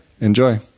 Enjoy